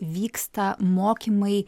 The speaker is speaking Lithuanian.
vyksta mokymai